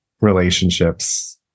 relationships